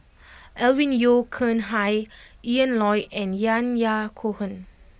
Alvin Yeo Khirn Hai Ian Loy and Yahya Cohen